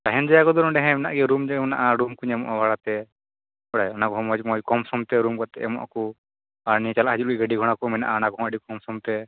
ᱛᱟᱦᱮᱱ ᱡᱟᱭᱜᱟ ᱠᱚᱫᱚ ᱱᱚᱸᱰᱮ ᱦᱮᱸ ᱢᱮᱱᱟᱜᱼᱟ ᱨᱩᱢ ᱠᱚ ᱧᱟᱢᱚᱜᱼᱟ ᱵᱷᱟᱲᱟᱛᱮ ᱵᱟᱰᱟᱭ ᱚᱱᱟᱠᱚᱦᱚᱸ ᱢᱚᱸᱡᱽ ᱢᱚᱸᱡᱽ ᱠᱚᱢᱥᱚᱢᱛᱮ ᱨᱩᱢ ᱮᱢᱚᱜ ᱟᱠᱚ ᱟᱨ ᱱᱤᱭᱟᱹ ᱪᱟᱞᱟᱜ ᱦᱤᱡᱩᱜ ᱞᱟ ᱜᱤᱜ ᱜᱟ ᱰᱤ ᱵᱷᱟᱲᱟ ᱠᱚ ᱢᱮᱱᱟᱜᱼᱟ ᱚᱱᱟ ᱠᱚᱦᱚᱸ ᱟ ᱰᱤ ᱠᱚᱢᱥᱚᱢᱛᱮ